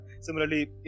Similarly